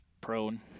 prone